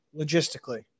Logistically